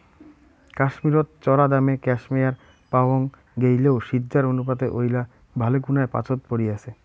কাশ্মীরত চরাদামে ক্যাশমেয়ার পাওয়াং গেইলেও সিজ্জার অনুপাতে ঐলা ভালেকুনায় পাচোত পরি আচে